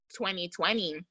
2020